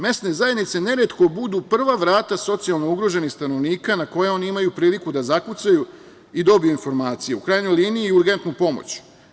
Mesne zajednice neretko budu prva vrata socijalno ugroženih stanovnika na koje oni imaju priliku da zakucaju i dobiju informaciju, u krajnjoj liniji i urgentnu pomoć.